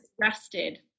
Rested